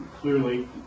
clearly